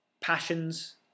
passions